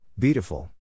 Beautiful